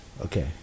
okay